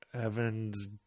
evans